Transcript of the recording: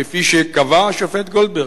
כפי שקבע השופט גולדברג,